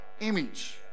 image